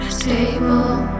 stable